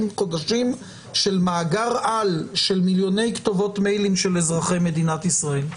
חודשים של מאגר-על של מיליוני כתובות מיילים של אזרחי מדינת ישראל.